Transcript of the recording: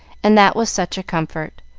and that was such a comfort!